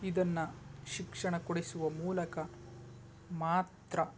ಇದನ್ನು ಶಿಕ್ಷಣ ಕೊಡಿಸುವ ಮೂಲಕ ಮಾತ್ರ